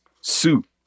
suit